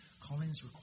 Collins